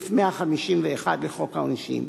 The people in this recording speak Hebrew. סעיף 151 לחוק העונשין,